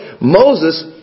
Moses